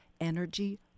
energy